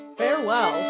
Farewell